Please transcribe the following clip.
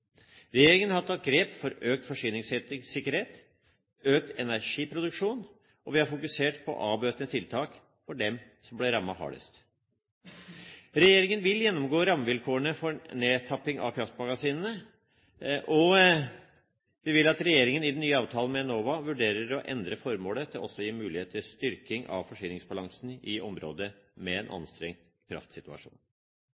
Regjeringen har tatt grep for økt forsyningssikkerhet og økt energiproduksjon og har fokusert på avbøtende tiltak for dem som ble rammet hardest. Regjeringen vil gjennomgå rammevilkårene for nedtapping av kraftmagasinene. Vi vil at regjeringen i den nye avtalen med Enova vurderer å endre formålet til også å gi mulighet for styrking av forsyningsbalansen i områder med en